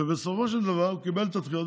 בסופו של דבר הוא קיבל את הדחיות,